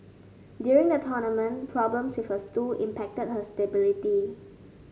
during the tournament problems with her stool impacted her stability